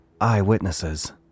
eyewitnesses